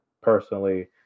personally